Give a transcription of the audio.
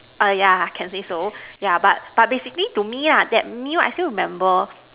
yeah can say so yeah but but basically to me that meal I still remember